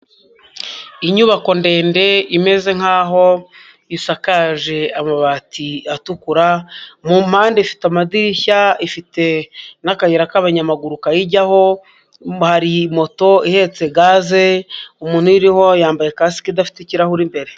Inyubako ndende imeze nk'aho isakaje amabati atukura, mu mpande ifite amadirishya, ifite n'akayira k'abanyamaguru kayijyaho, hari moto ihetse gaze, umuntu iyiriho yambaye kasike idafite ikirahuri imbere.